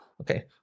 Okay